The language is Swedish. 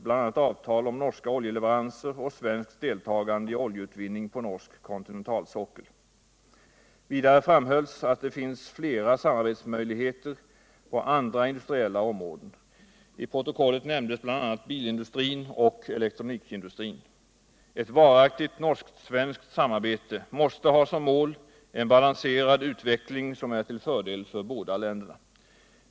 bl.a. avtal om norska oljeleveranser och svenskt deltagande i oljcutvinning på norsk kontinentalsockel. Vidare framhölls att det finns flera samarbetsmöjligheter på andra industriella områden. I protokollet nämndes bl.a. bilindustrin och elektronikindustrin. Ett varaktigt norsk-svenskt samarbete måste ha som mål en balanserad utveckling som är till fördel för båda länderna.